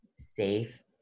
safe